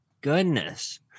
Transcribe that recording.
goodness